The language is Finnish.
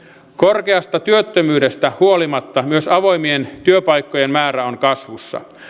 korkeasta työttömyydestä huolimatta myös avoimien työpaikkojen määrä on kasvussa